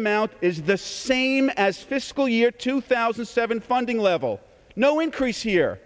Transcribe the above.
amount is the same as fiscal year two thousand and seven funding level no increase year